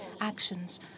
actions